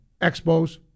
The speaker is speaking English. Expos